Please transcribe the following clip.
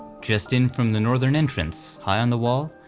just in from the northern entrance, high on the wall,